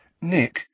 Nick